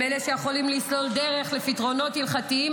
הם אלה שיכולים לסלול דרך לפתרונות הלכתיים